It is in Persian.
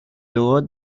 لغات